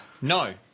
No